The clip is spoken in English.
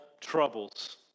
troubles